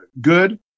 good